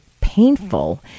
painful